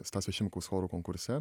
stasio šimkaus chorų konkurse